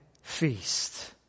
feast